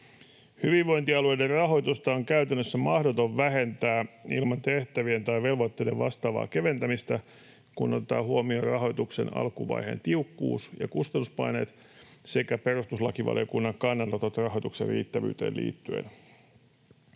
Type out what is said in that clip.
”Hyvinvointialueiden rahoitusta on käytännössä mahdoton vähentää ilman tehtävien tai velvoitteiden vastaavaa keventämistä, kun otetaan huomioon rahoituksen alkuvaiheen tiukkuus ja kustannuspaineet sekä perustuslakivaliokunnan kannanotot rahoituksen riittävyyteen liittyen.”